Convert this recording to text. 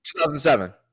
2007